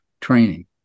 training